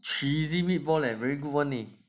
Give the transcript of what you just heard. cheesy meatball leh very good one leh